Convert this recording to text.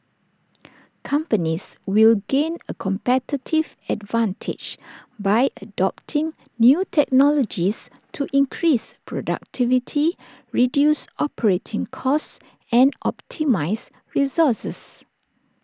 companies will gain A competitive advantage by adopting new technologies to increase productivity reduce operating costs and optimise resources